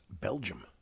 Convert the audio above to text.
Belgium